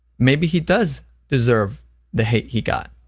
maybe he does deserve the hate he got.